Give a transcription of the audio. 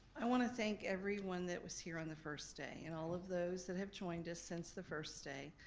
i want to thank everyone that was here on the first day and all of those that have joined us since the first day.